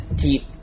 deep